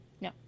No